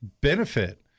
benefit